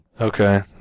okay